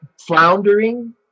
floundering